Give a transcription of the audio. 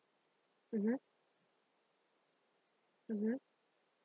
mmhmm mmhmm